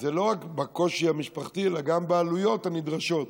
לא רק בקושי המשפחתי אלא גם בעלויות הנדרשות.